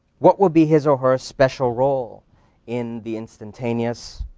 what would be his or her special role in the instantaneous,